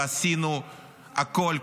ועשינו הכול,